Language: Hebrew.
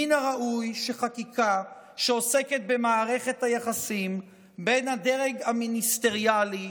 מן הראוי שחקיקה שעוסקת במערכת היחסים בין הדרג המיניסטריאלי